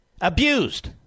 abused